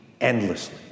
endlessly